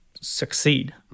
succeed